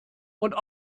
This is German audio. und